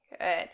Good